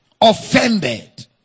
Offended